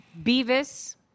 Beavis